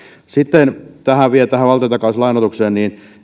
sitten vielä tähän valtiontakauslainoitukseen